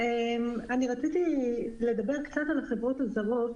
רציתי לדבר קצת על החברות הזרות.